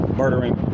murdering